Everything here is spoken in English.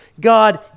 God